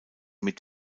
mit